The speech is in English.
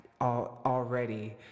already